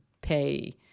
pay